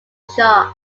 chart